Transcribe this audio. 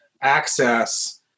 access